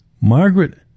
Margaret